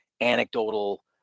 anecdotal